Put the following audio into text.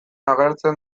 agertzen